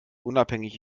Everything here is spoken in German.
unabhängig